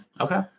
Okay